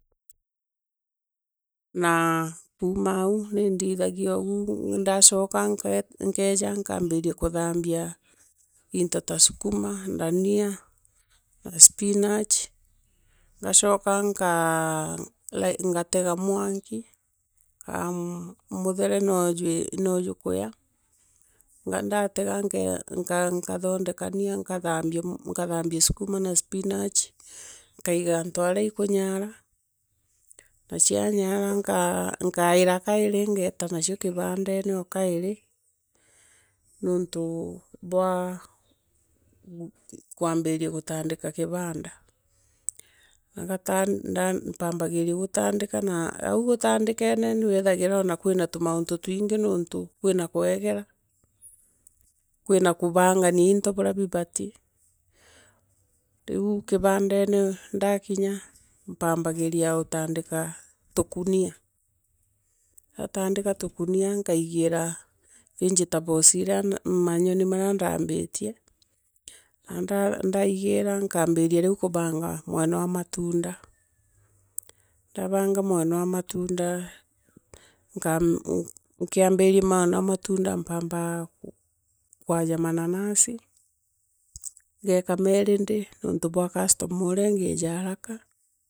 Naa kuma aau ninthigthagia ou, ndachoka nkaeja. nkaambiria kuthambia into tu sukuma. ndania. na spinach. ngachoka nkaa. ngatega mwaniki. kaa muthere noojukuya. ndatega nkathodekania nkathaambia sukuma na spinachi nkaiga antu area ikunyaara. na cia nyaara nkaaira kairi ngeeta noeto kibandene, okairi nontu bwa kwembiria gutandika kibanda. Na mpagibairia gutandika na aau gutandikene no withagira kwi tumauntu twingi nontu kwiria kwegera. kwina kubangania into ura bibati. riu kibandane ndakinya mpaambagiria utandika tukunia, ndatandika tukunia. nkaigira vegetables irea manyoni marea nthambirie na ndaigira nkaambina riu kubanga mwena matunda. Ndabaanga mweno matunda nkiambiria mweno matunda mpambaa kwaja mananasi. ngoko mae ready. nontu bwa customer ura eeja haraka.